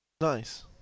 Nice